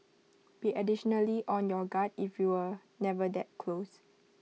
be additionally on your guard if you were never that close